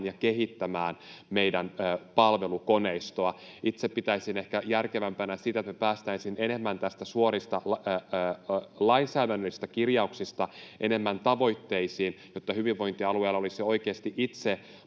ja kehittämään meidän palvelukoneistoa. Itse pitäisin ehkä järkevämpänä sitä, että me päästäisiin suorista lainsäädännöllisistä kirjauksista enemmän tavoitteisiin, jotta hyvinvointialueilla olisi oikeasti itse